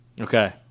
Okay